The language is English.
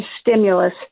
stimulus